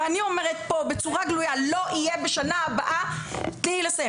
ואני אומרת פה בצורה גלויה: לא יהיה בשנה הבאה שילוב